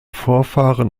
vorfahren